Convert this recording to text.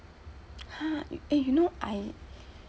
!huh! eh you know I